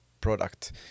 product